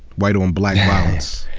white on black violence.